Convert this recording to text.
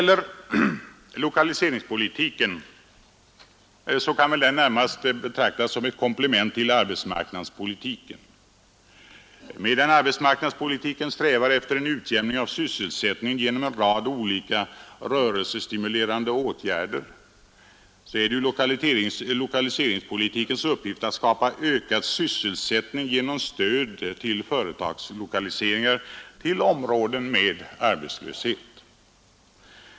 Lokaliseringspolitiken kan väl närmast betraktas såsom ett komplement till arbetsmarknadspolitiken, Medan arbetsmarknadspolitiken strävar efter utjämning av sysselsättningen genom en rad olika rörelsestimulerande åtgärder, är det lokaliseringspolitikens uppgift att skapa ökad sysselsättning genom att stödja företagslokaliseringar till områden med arbetslöshet.